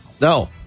No